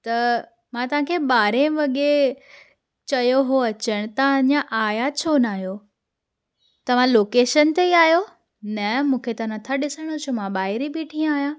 त मां तव्हांखे ॿारहां वॻे चयो हुओ अचण तव्हां अञा आहिया छो न आहियो तव्हां लोकेशन ते ई आहियो न मूंखे त नथा ॾिसण अचो मां ॿाहिरि ई बीठी आयां